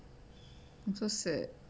I'm so sad